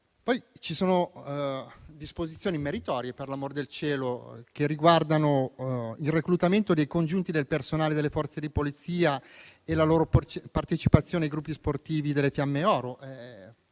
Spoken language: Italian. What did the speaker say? Ci sono poi disposizioni certamente meritorie, per l'amor del cielo, che riguardano il reclutamento dei congiunti del personale delle Forze di polizia e la loro partecipazione ai gruppi sportivi delle Fiamme Oro: